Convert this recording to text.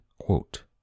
quote